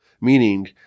Meaning